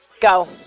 go